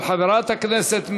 לוועדת החוץ והביטחון נתקבלה.